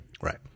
Right